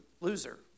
loser